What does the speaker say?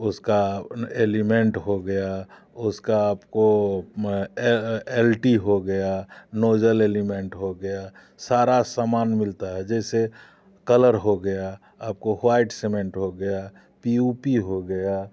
उसका एलिमेंट हो गया उसका आपको एल टी हो गया नोज़ल एलिमेंट हो गया सारा सामान मिलता है जैसे कलर हो गया आपको वाइट सिमेंट हो गया पी यू पी हो गया